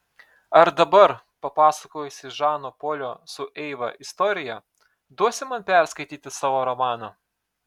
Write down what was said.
ar dabar papasakojusi žano polio su eiva istoriją duosi man perskaityti savo romaną